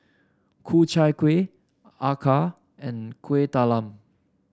Ku Chai Kueh acar and Kuih Talam